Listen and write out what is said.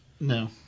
No